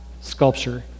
sculpture